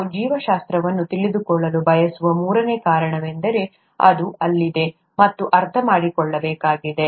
ನಾವು ಜೀವಶಾಸ್ತ್ರವನ್ನು ತಿಳಿದುಕೊಳ್ಳಲು ಬಯಸುವ ಮೂರನೇ ಕಾರಣವೆಂದರೆ ಅದು ಅಲ್ಲಿದೆ ಮತ್ತು ಅರ್ಥಮಾಡಿಕೊಳ್ಳಬೇಕಾಗಿದೆ